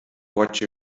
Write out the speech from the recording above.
watch